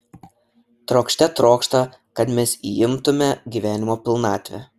trokšte trokšta kad mes įimtume gyvenimo pilnatvę